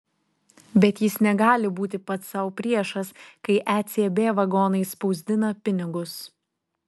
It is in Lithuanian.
bet jis negali būti pats sau priešas kai ecb vagonais spausdina pinigus